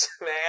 man